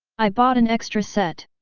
i bought an extra set!